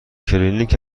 کلینیک